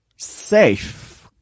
safe